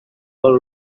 all